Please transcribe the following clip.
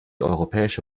europäische